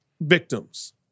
victims